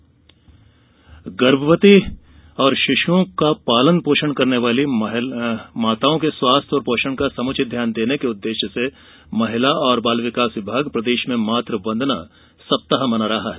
मातृवंदना कार्यशाला गर्भवती और शिशुओं का पालन पोषण करने वाली माताओं के स्वास्थ्य और पोषण का सम्रचित ध्यान देने के उददेश्य से महिला एवं बाल विकास विभाग प्रदेश में मातृवंदना सप्ताह मना रहा है